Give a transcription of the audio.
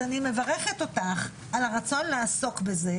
אז אני מברכת אותך על הרצון לעסוק בזה.